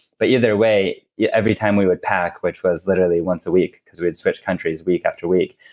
but either way, every time we would pack, which was literally once a week because we would switch countries week after week.